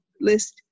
list